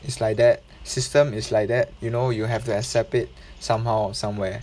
it's like that system is like that you know you have to accept it somehow somewhere